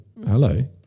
hello